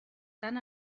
tan